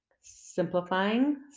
simplifying